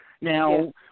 Now